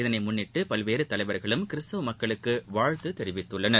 இதனை முன்னிட்டு பல்வேறு தலைவர்களும் கிறிஸ்துவ மக்களுக்கு வாழ்த்து தெரிவித்துள்ளனர்